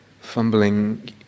fumbling